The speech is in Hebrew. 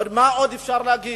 מה עוד אפשר להגיד?